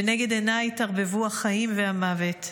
ולנגד עיניי התערבבו החיים והמוות,